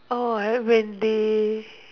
orh have when they